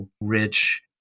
rich